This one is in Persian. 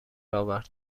آورد